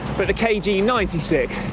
but the k g nine six.